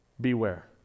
Beware